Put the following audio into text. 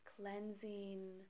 cleansing